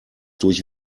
durch